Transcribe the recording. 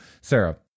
Sarah